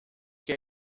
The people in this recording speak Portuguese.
que